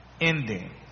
ending